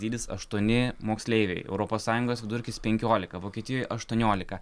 dydis aštuoni moksleiviai europos sąjungos vidurkis penkiolika vokietijoj aštuoniolika